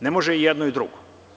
Ne može i jedno i drugo.